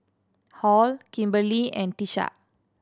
Hall Kimberley and Tisha